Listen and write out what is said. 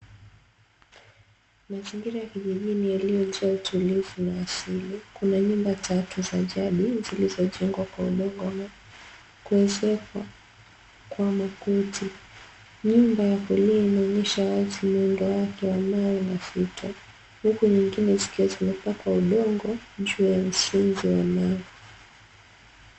Mazingira ya kijijini iliyojaa utulivu wa asili kuna nyumba tatu za jadi zilizojengwa kwa udongo na kuezekwa kwa makuti nyumba wa kulia inaonyesha wazi muundo wazi wa mawe na fito huku nyingine zikiwa zimepakwa udongo juu ya msingi wa mawe.